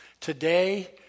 Today